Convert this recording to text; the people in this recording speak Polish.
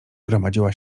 gromadziła